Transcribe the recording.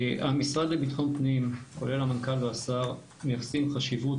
המשרד לביטחון פנים כולל המנכ"ל והשר מייחסים חשיבות